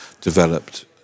developed